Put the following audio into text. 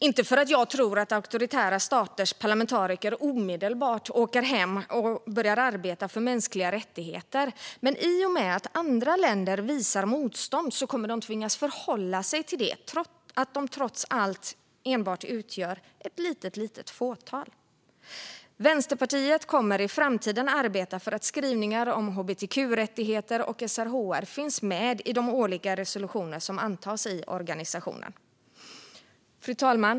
Inte för att jag tror att auktoritära staters parlamentariker omedelbart kommer att åka hem och börjar arbeta för mänskliga rättigheter, men i och med att andra länder visar motstånd kommer de att tvingas förhålla sig till att de trots allt enbart utgör ett litet fåtal. Vänsterpartiet kommer i framtiden att arbeta för att skrivningar om hbtq-rättigheter och SRHR ska finnas med i de årliga resolutioner som antas i organisationen. Fru talman!